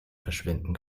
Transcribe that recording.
verschwinden